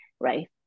right